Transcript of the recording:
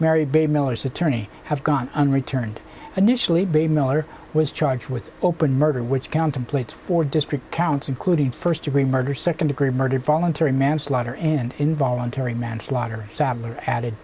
mary bay miller's attorney have gone unreturned initially bay miller was charged with open murder which count them plates for district council including first degree murder second degree murder voluntary manslaughter and involuntary manslaughter sadd